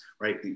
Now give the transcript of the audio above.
right